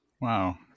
Wow